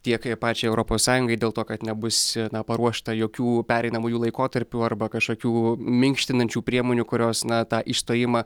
tiek pačiai europos sąjungai dėl to kad nebus na paruošta jokių pereinamųjų laikotarpių arba kažkokių minkštinančių priemonių kurios na tą išstojimą